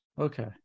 okay